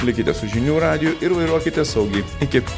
likite su žinių radiju ir vairuokite saugiai iki